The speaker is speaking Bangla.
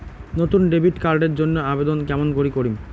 নতুন ডেবিট কার্ড এর জন্যে আবেদন কেমন করি করিম?